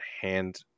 hand